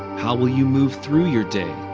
how will you move through your day?